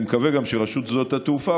אני מקווה גם שרשות שדות התעופה,